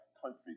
country